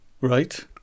Right